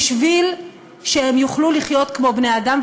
כדי שהם יוכלו לחיות כמו בני-אדם,